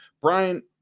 Brian